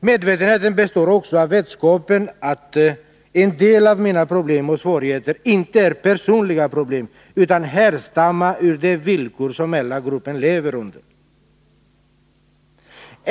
Medvetenheten består också av vetskapen att en del av mina problem och svårigheter inte är personliga problem utan beror på de villkor som hela gruppen lever under.